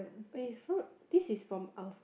eh it's from this is from our